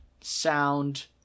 sound